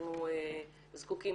אנחנו זקוקים,